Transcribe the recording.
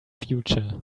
future